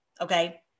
okay